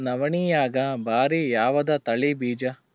ನವಣಿಯಾಗ ಭಾರಿ ಯಾವದ ತಳಿ ಬೀಜ?